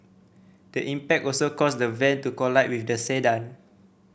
the impact also caused the van to collide with the sedan